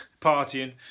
Partying